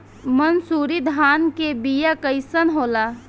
मनसुरी धान के बिया कईसन होला?